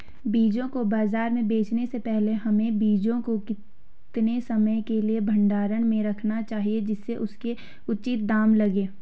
बीजों को बाज़ार में बेचने से पहले हमें बीजों को कितने समय के लिए भंडारण में रखना चाहिए जिससे उसके उचित दाम लगें?